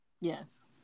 Yes